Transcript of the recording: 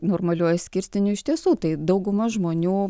normaliuoju skirstiniu iš tiesų tai dauguma žmonių